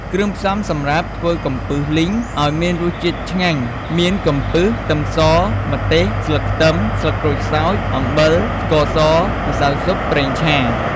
គ្រឿងផ្សំំសម្រាប់ធ្វើកំពឹសលីងឱ្យមានរសជាតិឆ្ងាញ់មាន កំពឹស ខ្ទឹមស ម្ទេស ស្លឹកខ្ទឹម ស្លឹកក្រូចសើច អំបិល ស្ករស ម្សៅស៊ុប ប្រេងឆា។